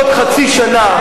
בעוד חצי שנה,